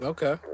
Okay